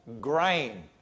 grain